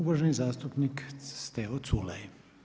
Uvaženi zastupnik Stevo Culej.